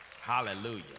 Hallelujah